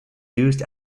used